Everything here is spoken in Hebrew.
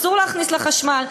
אסור להכניס לחשמל.